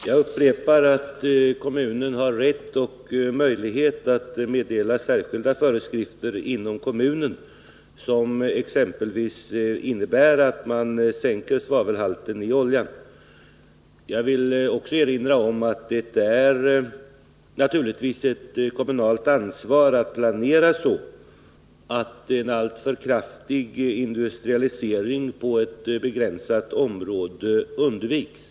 Herr talman! Jag upprepar att kommunen har rätt och möjlighet att meddela särskilda föreskrifter inom kommunen vilka exempelvis innebär att man sänker svavelhalten i oljan. Jag vill också erinra om att det naturligtvis är ett kommunalt ansvar att planera så att en alltför kraftig industrialisering på ett begränsat område undviks.